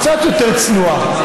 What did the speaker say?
קצת יותר צנועה.